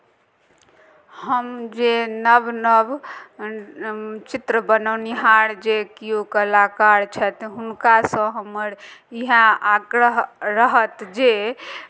हम जे नव नव चित्र बनौनिहार जे किओ कलाकार छथि हुनकासँ हमर इएह आग्रह अ रहत जे